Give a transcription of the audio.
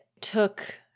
took